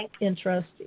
interesting